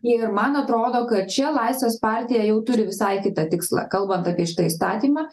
ir man atrodo kad čia laisvės partija jau turi visai kitą tikslą kalbant apie šitą įstatymą